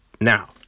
Now